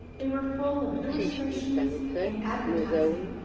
they were full of illustrations and advertising,